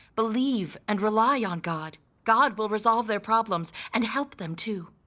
believe, and rely on god, god will resolve their problems and help them too.